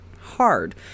hard